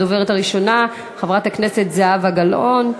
הדוברת הראשונה, חברת הכנסת זהבה גלאון,